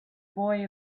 boy